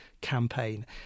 campaign